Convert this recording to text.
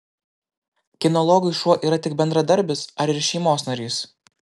kinologui šuo yra tik bendradarbis ar ir šeimos narys